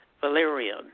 valerian